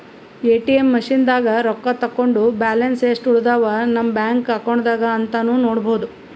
ATM ಮಷಿನ್ದಾಗ್ ರೊಕ್ಕ ತಕ್ಕೊಂಡ್ ಬ್ಯಾಲೆನ್ಸ್ ಯೆಸ್ಟ್ ಉಳದವ್ ನಮ್ ಬ್ಯಾಂಕ್ ಅಕೌಂಟ್ದಾಗ್ ಅಂತಾನೂ ನೋಡ್ಬಹುದ್